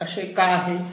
असे का आहे